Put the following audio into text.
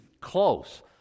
close